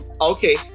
Okay